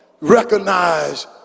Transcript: Recognize